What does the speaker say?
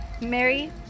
Mary